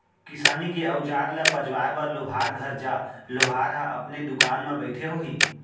किसानी के अउजार ल पजवाए बर लोहार घर जा, लोहार ह अपने दुकान म बइठे होही